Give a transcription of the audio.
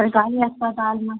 सरकारी अस्पतालमे